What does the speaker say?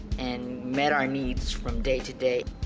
and met our needs from day to day.